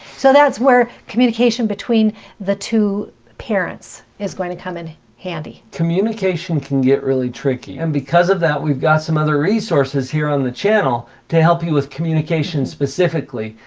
so that's where communication between the two parents is going to come in handy. communication can get really tricky. and because of that, we've got some other resources here on the channel to help you with communication specifically.